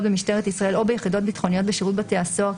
במשטרת ישראל או ביחידות ביטחוניות בשירות בתי הסוהר,